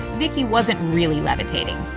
vicky wasn't really levitating.